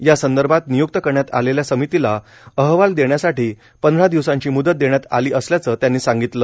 यासंदर्भात निय्क्त करण्यात आलेल्या समितीला अहवाल देण्यासाठी पंधरा दिवसांची मुदत देण्यात आली असल्याचं त्यांनी सांगितलं